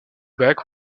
bac